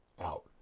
out